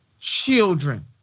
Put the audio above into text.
children